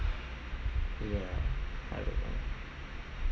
ya I don't know